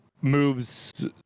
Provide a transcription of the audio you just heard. moves